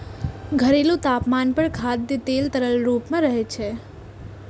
घरेलू तापमान पर खाद्य तेल तरल रूप मे रहै छै